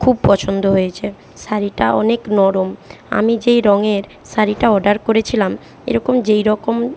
খুব পছন্দ হয়েছে শাড়িটা অনেক নরম আমি যেই রঙের শাড়িটা অর্ডার করেছিলাম এরকম যেইরকম